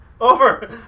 Over